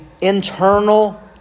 internal